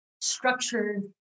structured